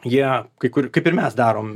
jie kai kur kaip ir mes darom